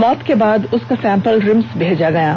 मौत के बाद उसका सैंपल रिम्स भेजा गया है